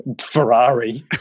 Ferrari